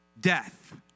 death